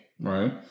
right